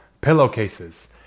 pillowcases